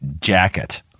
jacket